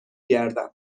گردم